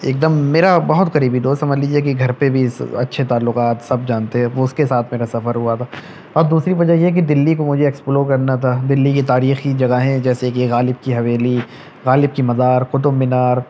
ایک دم میرا بہت قریبی دوست سمجھ لیجیے کہ گھر پہ بھی اچھے تعلقات سب جانتے ہیں وہ اس کے ساتھ میرا سفر ہوا تھا اور دوسری وجہ یہ کہ دہلی کو مجھے اکسپلو کرنا تھا دہلی کی تاریخی جگہ ہے جیسے کہ غالب کی حویلی غالب کی مزار قطب مینار